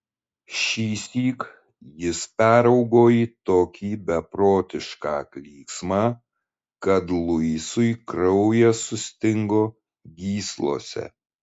šįsyk jis peraugo į tokį beprotišką klyksmą kad luisui kraujas sustingo gyslose